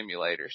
simulators